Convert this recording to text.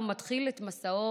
ומתחיל את מסעו